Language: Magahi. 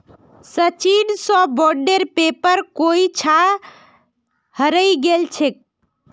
सचिन स बॉन्डेर पेपर कोई छा हरई गेल छेक